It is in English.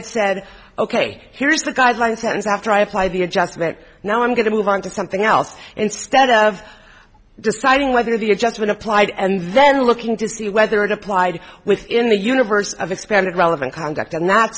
it said ok here's the guidelines happens after i apply the adjustment now i'm going to move on to something else instead of deciding whether the adjustment applied and then looking to see whether it applied within the universe of expanded relevant conduct and that's